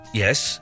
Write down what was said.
yes